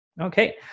Okay